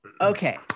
Okay